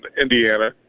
Indiana